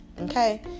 Okay